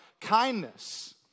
kindness